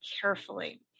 carefully